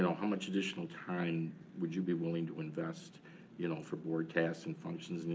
and how much additional time would you be willing to invest you know for board tasks and functions?